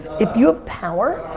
if you have power,